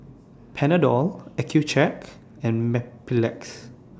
Panadol Accucheck and Mepilex